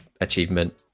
achievement